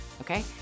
okay